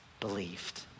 believed